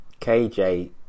KJ